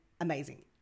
amazing